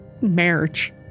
marriage